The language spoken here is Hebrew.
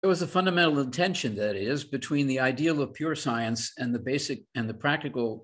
‫זו הייתה התנגדת פונדמנטית, זאת אומרת, ‫בין האידאל של המדע טהור ‫ולבסיסי לפרקטי.